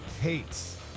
hates